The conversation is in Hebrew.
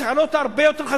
צריך להעלות אותה הרבה יותר,